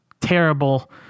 terrible